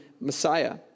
Messiah